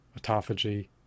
autophagy